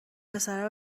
پسره